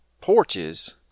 porches